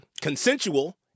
consensual